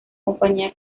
compañía